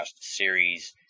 series